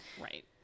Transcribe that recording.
Right